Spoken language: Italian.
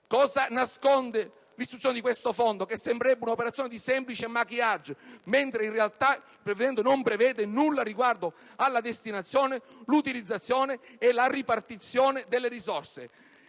Cosa nasconde l'istituzione di questo nuovo Fondo, che sembrerebbe una operazione di semplice *maquillage*, mentre in realtà il provvedimento non prevede nulla riguardo alla destinazione, all'utilizzazione e alla ripartizione delle risorse